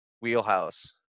wheelhouse